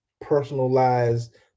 personalized